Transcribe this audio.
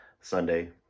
Sunday